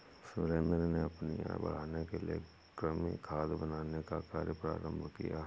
सुरेंद्र ने अपनी आय बढ़ाने के लिए कृमि खाद बनाने का कार्य प्रारंभ किया